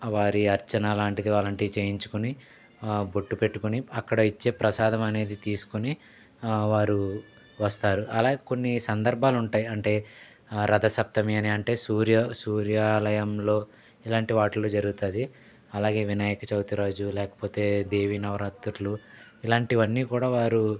వారి అర్చనా లాంటిది అలాంటివి చేయించుకుని బొట్టు పెట్టుకుని అక్కడ ఇచ్చే ప్రసాదం అనేది తీస్కొని వారు వస్తారు అలా కొన్ని సందర్భాలుంటాయి అంటే రథసప్తమి అని అంటే సూర్య సూర్యలయంలో ఇలాంటి వాటిలో జరుగుతుంది అలాగే వినాయక చవితి రోజు లేకపోతే దేవి నవరాత్రులు ఇలాంటివన్నీ కూడా వారు